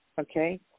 Okay